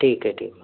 ठीक आहे ठीक आहे